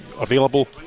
available